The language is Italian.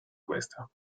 questa